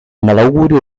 malaugurio